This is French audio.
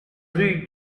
rue